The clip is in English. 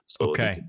Okay